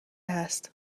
هست